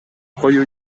коюу